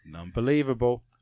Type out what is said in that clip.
Unbelievable